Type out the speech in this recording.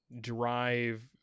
drive